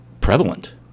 prevalent